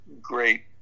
great